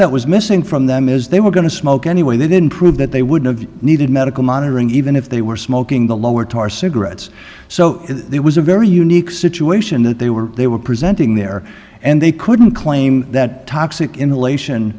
that was missing from them is they were going to smoke anyway they didn't prove that they would've needed medical monitoring even if they were smoking the lower tar cigarettes so there was a very unique situation that they were they were presenting there and they couldn't claim that toxic